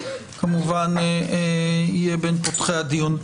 כמובן יהיה בין פותחי הדיון.